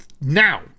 now